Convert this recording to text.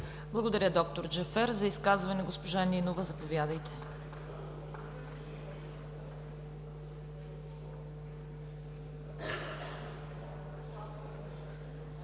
Благодаря, доктор Джафер. За изказване – госпожа Нинова. Заповядайте.